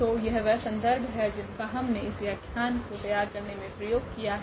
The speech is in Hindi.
तो यह वह संदर्भ है जिनका हमने इस व्याख्यान को तैयार करने के लिए प्रयोग किया है